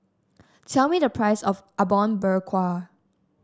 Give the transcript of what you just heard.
tell me the price of Apom Berkuah